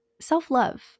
self-love